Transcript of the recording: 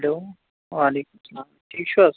hello وعلیکُم سلام ٹھیٖک چھِو حظ